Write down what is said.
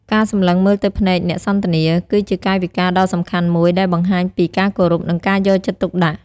ការសម្លឹងមើលទៅភ្នែកអ្នកសន្ទនា គឺជាកាយវិការដ៏សំខាន់មួយដែលបង្ហាញពីការគោរព និងការយកចិត្តទុកដាក់។